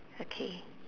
okay